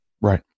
Right